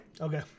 Okay